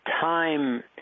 time